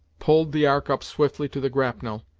pulled the ark up swiftly to the grapnel,